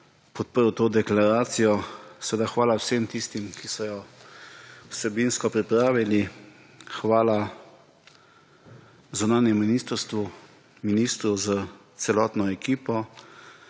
podprl to deklaracijo. Seveda hvala vsem tistim, ki so jo vsebinsko pripravili. Hvala zunanjemu ministrstvu, ministru z celotno ekipo,